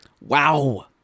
Wow